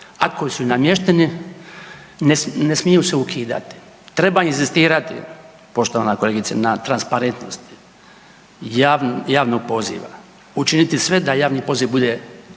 koji su namješteni ne smiju se ukidati, treba inzistirati poštovana kolegice na transparentnosti javnog poziva, učinit sve da javni poziv bude dostupan